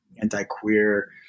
anti-queer